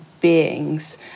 beings